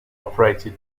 operated